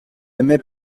aimait